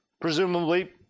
presumably